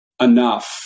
enough